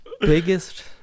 Biggest